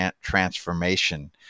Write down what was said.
transformation